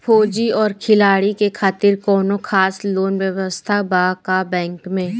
फौजी और खिलाड़ी के खातिर कौनो खास लोन व्यवस्था बा का बैंक में?